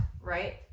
right